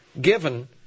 given